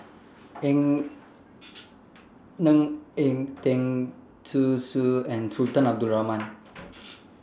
Ng Eng Teng Zhu Xu and Sultan Abdul Rahman